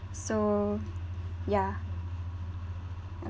so ya